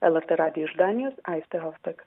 lrt radijui iš danijos aistė hofbek